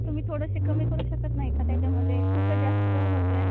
तुम्ही थोडंसे कमी करू शकत नाही का त्याच्यामध्ये खूपच जास्त होतं आहे